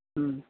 മ്